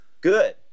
Good